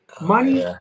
Money